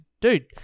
Dude